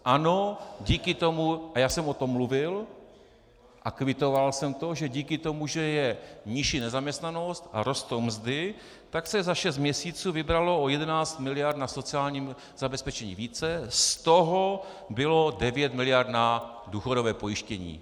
Ano, díky tomu a já jsem o tom mluvil a kvitoval jsem to, že díky tomu, že je nižší nezaměstnanost a rostou mzdy, tak se za šest měsíců vybralo o 11 mld. na sociálním zabezpečení více, z toho bylo 9 mld. na důchodové pojištění.